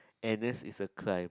n_s is a crime